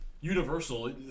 Universal